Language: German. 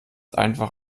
einfach